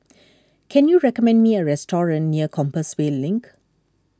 can you recommend me a restaurant near Compassvale Link